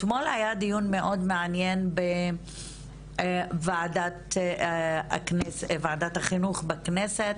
אתמול היה דיון מאוד מעניין בוועדת החינוך בכנסת